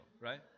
right